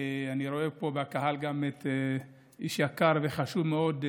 אני רואה פה בקהל גם איש יקר וחשוב מאוד,